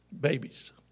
Babies